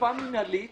אכיפה מינהלית